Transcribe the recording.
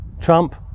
trump